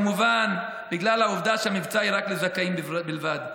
וכמובן, העובדה שהמבצע הוא לזכאים בלבד.